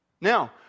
Now